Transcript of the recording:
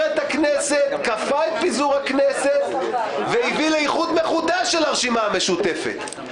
כפה את פיזור הכנסת והביא לאיחוד מחודש של הרשימה המשותפת.